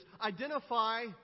Identify